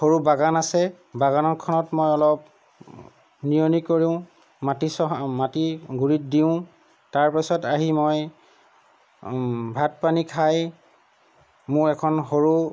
সৰু বাগান আছে বাগানখনত মই অলপ নিয়নি কৰোঁ মাটি চহা মাটি গুৰিত দিওঁ তাৰ পিছত আহি মই ভাত পানী খায় মোৰ এখন সৰু